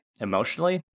emotionally